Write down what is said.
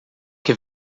que